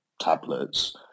Tablets